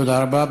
תודה רבה.